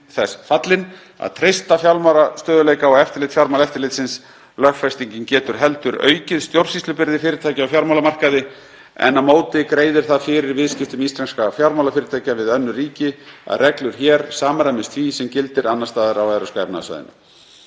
þess fallin að treysta fjármálastöðugleika og eftirlit Fjármálaeftirlitsins. Lögfestingin getur heldur aukið stjórnsýslubyrði fyrirtækja á fjármálamarkaði, en á móti greiðir það fyrir viðskiptum íslenskra fjármálafyrirtækja við önnur ríki að reglur hér samræmist því sem gildir annars staðar á Evrópska efnahagssvæðinu.